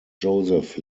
joseph